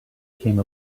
came